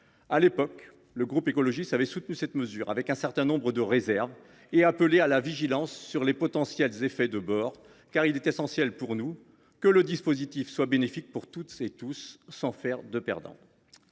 À l’époque, le groupe écologiste avait soutenu cette mesure, en émettant toutefois un certain nombre de réserves et en appelant à la vigilance sur ses potentiels effets de bord, car il est essentiel pour nous que le dispositif soit bénéfique pour toutes et tous, sans faire de perdants.